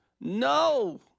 No